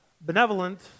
benevolent